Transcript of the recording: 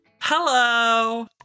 Hello